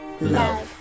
love